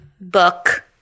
book